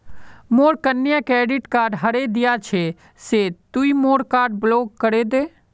मोर कन्या credit card हरें दिया छे से तुई मोर कार्ड ब्लॉक करे दे